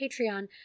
Patreon